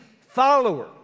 follower